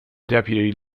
deputy